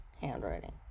handwriting